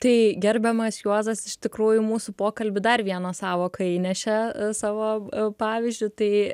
tai gerbiamas juozas iš tikrųjų į mūsų pokalbį dar vieną sąvoką įnešė savo pavyzdžiu tai